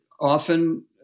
often